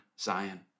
zion